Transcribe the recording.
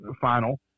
final